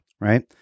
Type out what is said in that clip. right